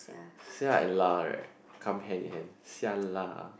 sia and lah right come hand in hand sia lah